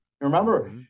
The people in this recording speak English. Remember